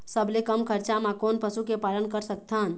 सबले कम खरचा मा कोन पशु के पालन कर सकथन?